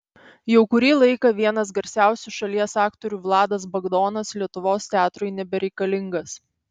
jau kurį laiką vienas garsiausių šalies aktorių vladas bagdonas lietuvos teatrui nebereikalingas